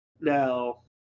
Now